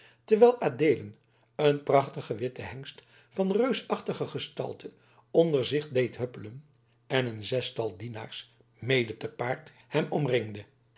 terwijl adeelen een prachtigen witten hengst van reusachtige gestalte onder zich deed huppelen en een zestal dienaars mede te paard hem omringden